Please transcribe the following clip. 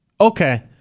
Okay